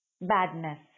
badness